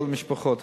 על המשפחות,